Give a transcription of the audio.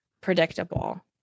Predictable